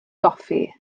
goffi